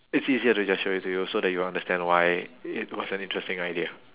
it's easier to just show it to you so that you understand why it was an interesting idea